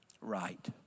Right